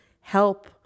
help